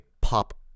pop